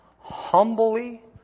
humbly